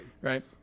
Right